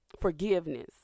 forgiveness